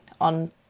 on